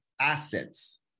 assets